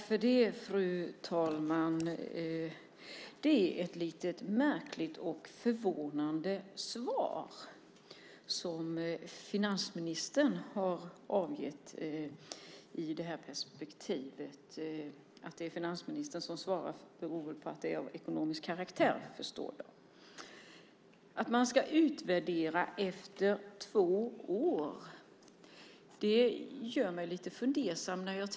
Fru talman! Det är ett lite märkligt och förvånande svar som finansministern har avgett i det här perspektivet. Att det är finansministern som svarar beror väl på att frågan är av ekonomisk karaktär. Att man ska utvärdera efter två år gör mig lite fundersam.